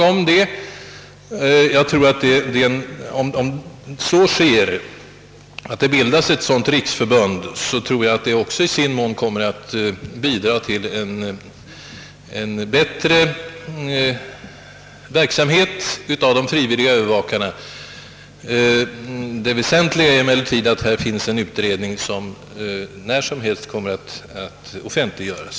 Om det bildas ett sådant riksförbund tror jag att detta i sin tur kommer att bidra till ett effektivare arbete av de frivilliga övervakarna. Det väsentliga är emellertid att det finns en utredning som när som helst kommer att offentliggöras.